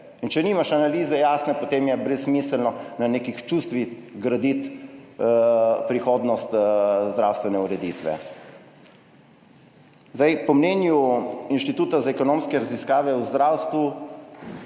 in če nimaš analize jasne, potem je brezsmiselno na nekih čustvih graditi prihodnost zdravstvene ureditve. Zdaj, po mnenju Inštituta za ekonomske raziskave v zdravstvu